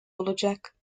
olacak